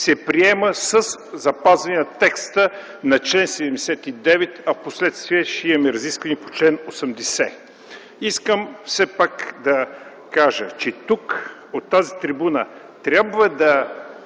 се приема със запазване на текста на чл. 79, а впоследствие ще имаме разисквания и по чл. 80. Искам все пак да кажа тук, от тази трибуна, че трябва да